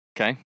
okay